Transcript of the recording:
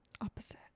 Opposite